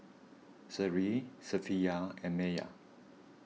Seri Safiya and Maya